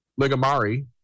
Ligamari